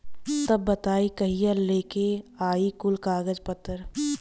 तब बताई कहिया लेके आई कुल कागज पतर?